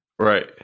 Right